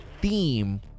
theme